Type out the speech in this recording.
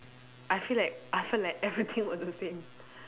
I feel like I felt like everything was the same